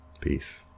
Peace